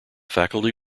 faculty